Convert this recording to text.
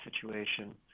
situation